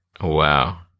Wow